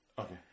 Okay